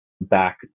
back